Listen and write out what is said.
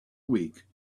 week